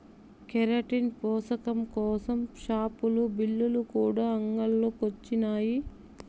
keratin పోసకం కోసరం షావులు, బిల్లులు కూడా అంగిల్లో కొచ్చినాయి